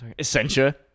Essentia